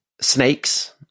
snakes